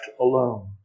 alone